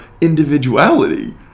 individuality